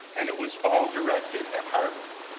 and it was all directed at harvard.